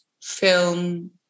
film